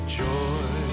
joy